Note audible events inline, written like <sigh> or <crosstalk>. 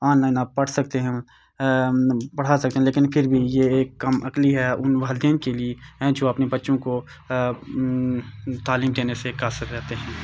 on line آپ پڑھ سکتے ہیں پڑھا سکتے ہیں لیکن پھر بھی یہ ایک کم عقلی ہے ان والدین کے لیے <unintelligible> جو اپنے بچوں کو تعلیم دینے سے قاصر رہتے ہیں